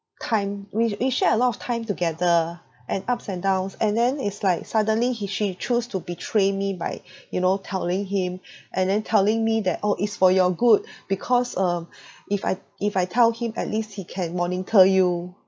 time we we shared a lot of time together and ups and downs and then it's like suddenly he she choose to betray me by you know telling him and then telling me that oh it's for your good because um if I if I tell him at least he can monitor you